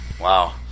Wow